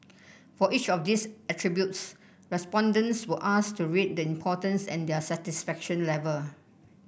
for each of these attributes respondents were asked to rate the importance and their satisfaction level